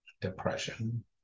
depression